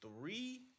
three